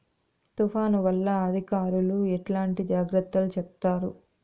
తుఫాను వల్ల అధికారులు ఎట్లాంటి జాగ్రత్తలు చెప్తారు?